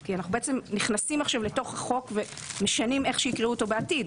כי אנחנו נכנסים לתוך החוק ומשנים איך שיקראו אותו בעתיד.